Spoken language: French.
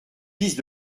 piste